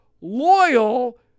loyal